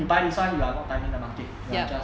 you buy this one you are not buying the market you are just